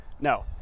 No